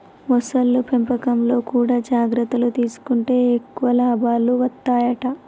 మొసళ్ల పెంపకంలో కూడా జాగ్రత్తలు తీసుకుంటే ఎక్కువ లాభాలు వత్తాయట